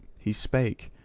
he spake,